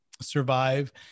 survive